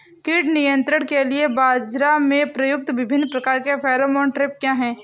कीट नियंत्रण के लिए बाजरा में प्रयुक्त विभिन्न प्रकार के फेरोमोन ट्रैप क्या है?